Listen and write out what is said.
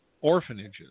orphanages